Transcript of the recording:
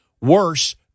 Worse